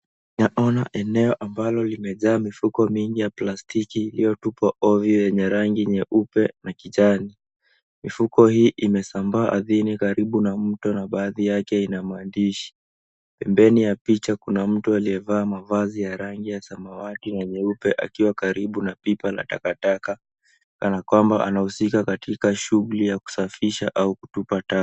Naona eneo ambalo limejaa mifuko mingi ya plastiki iliyotupwa ovyo wenye rangi nyeupe na kijani, mifuko hii imesambaa ardhini karibu na mto na baadhi yake ina maandishi ,pembeni ya picha kuna mtu aliyevaa mavazi ya rangi ya samawati na nyeupe akiwa karibu na pipa na takataka kana kwamba anahusika katika shughuli ya kusafisha au kutupa taka.